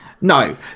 No